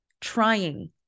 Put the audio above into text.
trying